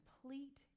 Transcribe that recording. complete